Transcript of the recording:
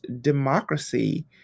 democracy